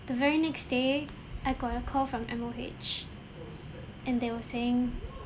the very next day I got a call from M_O_H and they were saying